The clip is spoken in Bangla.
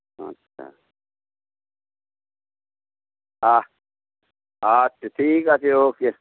আচ্ছা আচ্ছা ঠিক আছে ওকে